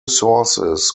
sources